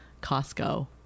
Costco